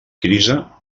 grisa